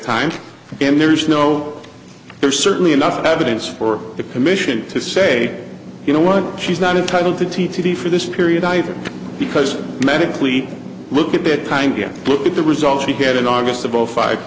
time and there's no there's certainly enough evidence for the commission to say you know what she's not entitle to t t t for this period either because medically look at that kind you look at the results she had in august of zero five